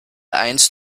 eins